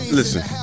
Listen